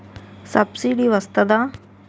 Subsidy వస్తదా?